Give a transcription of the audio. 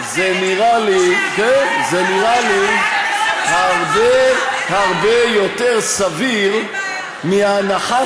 זה נראה לי הרבה הרבה יותר סביר מההנחה